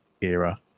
era